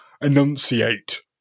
enunciate